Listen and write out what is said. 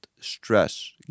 stress